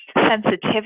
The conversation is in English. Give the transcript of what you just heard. sensitivity